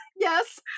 Yes